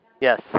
Yes